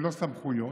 ללא סמכויות,